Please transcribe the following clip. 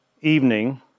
evening